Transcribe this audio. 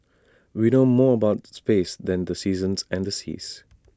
we know more about space than the seasons and the seas